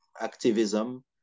activism